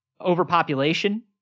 Overpopulation